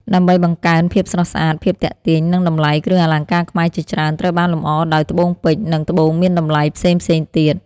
ដើម្បីបង្កើនភាពស្រស់ស្អាត ភាពទាក់ទាញ និងតម្លៃ គ្រឿងអលង្ការខ្មែរជាច្រើនត្រូវបានលម្អដោយ ត្បូងពេជ្រ និង ត្បូងមានតម្លៃ ផ្សេងៗទៀត។